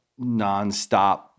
nonstop